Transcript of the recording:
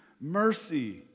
mercy